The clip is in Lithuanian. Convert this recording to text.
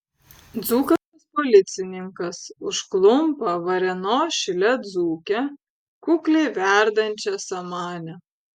dzūkas policininkas užklumpa varėnos šile dzūkę kukliai verdančią samanę